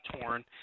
torn